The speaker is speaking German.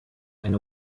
eine